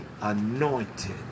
anointed